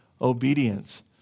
Obedience